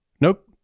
nope